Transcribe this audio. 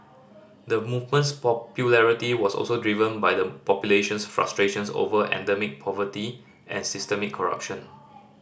the movement's popularity was also driven by the population's frustrations over endemic poverty and systemic corruption